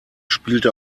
spielte